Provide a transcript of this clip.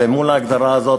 ומול ההגדרה הזאת,